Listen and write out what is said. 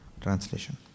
Translation